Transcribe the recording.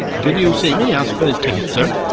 did you see me ask for his ticket, sir?